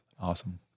Awesome